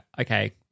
okay